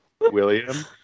William